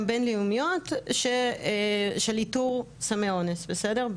גם בינלאומיות של איתור סמי אונס, בסדר?